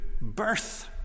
Birth